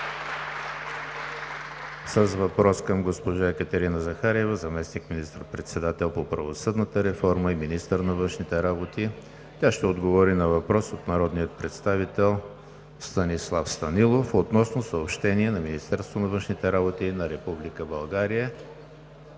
с въпрос към госпожа Екатерина Захариева – заместник министър-председател по правосъдната реформа и министър на външните работи. Тя ще отговори на въпрос от народния представител Станислав Станилов относно съобщение на Министерството на външните работи на Република България.